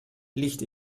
licht